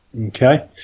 Okay